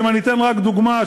ואתן רק דוגמה,